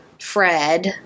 Fred